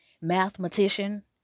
mathematician